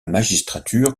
magistrature